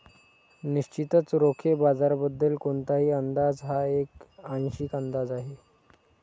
निश्चितच रोखे बाजाराबद्दल कोणताही अंदाज हा एक आंशिक अंदाज आहे